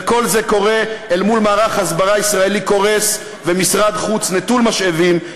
וכל זה קורה אל מול מערך הסברה ישראלי קורס ומשרד חוץ נטול משאבים,